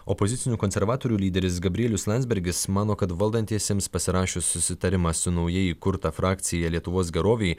opozicinių konservatorių lyderis gabrielius landsbergis mano kad valdantiesiems pasirašius susitarimą su naujai įkurta frakcija lietuvos gerovei